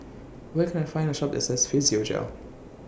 Where Can I Find A Shop that sells Physiogel